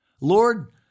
Lord